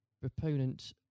proponent